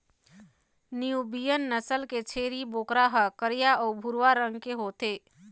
Nubian नसल के छेरी बोकरा ह करिया अउ भूरवा रंग के होथे